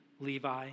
Levi